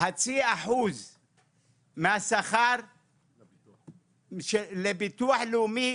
חצי אחוז מהשכר לביטוח לאומי,